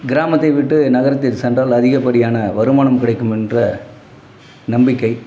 கிராமத்தை விட்டு நகரத்திற்கு சென்றால் அதிகப்படியான வருமானம் கிடைக்கும் என்ற நம்பிக்கை